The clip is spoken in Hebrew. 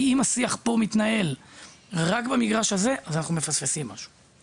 כי אם השיח פה מתנהל רק במגרש הזה אז אנחנו מפספסים משהו.